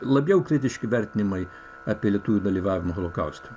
labiau kritiški vertinimai apie lietuvių dalyvavimą holokauste